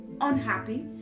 unhappy